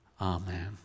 Amen